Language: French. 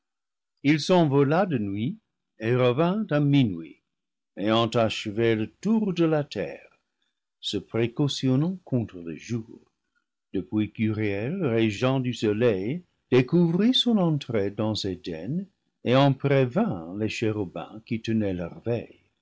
il s'envola de nuit et revint à minuit ayant achevé le tour de la terre se précautionnant contre le jour depuis qu'uriel régent du soleil découvrit son entrée dans éden et en prévint les chérubins qui tenaient leur veille